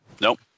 Nope